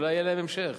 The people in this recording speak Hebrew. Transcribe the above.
אולי יהיה להם המשך,